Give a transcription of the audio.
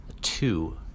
two